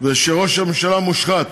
ושראש הממשלה מושחת,